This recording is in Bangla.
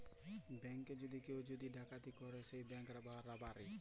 ব্যাংকে যদি কেউ যদি ডাকাতি ক্যরে সেট ব্যাংক রাবারি